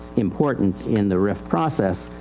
important in the rif process.